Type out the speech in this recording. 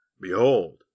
Behold